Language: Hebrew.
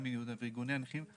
גם עם יהודה וארגוני הנכים,